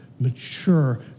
mature